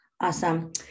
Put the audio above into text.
Awesome